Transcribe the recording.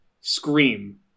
scream